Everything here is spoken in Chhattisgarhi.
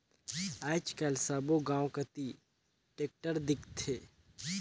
आएज काएल सब्बो गाँव कती टेक्टर दिखथे